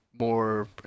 more